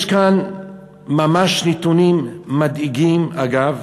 יש כאן נתונים מדאיגים,